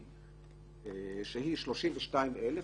- 32,000.